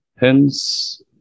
Hence